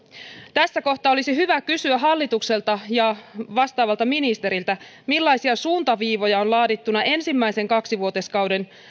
tässä kohtaa olisi hyvä kysyä hallitukselta ja vastaavalta ministeriltä millaisia suuntaviivoja on laadittuna ensimmäisen kaksivuotiskauden